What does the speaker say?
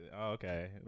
Okay